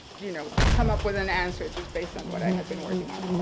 you know, come up with an answer just based on what i had been working on.